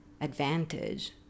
advantage